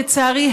לצערי,